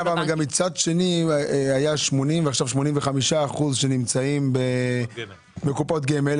אבל מצד שני היה 80% ועכשיו 85% שנמצאים בקופות גמל.